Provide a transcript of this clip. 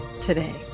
today